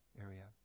area